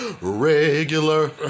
Regular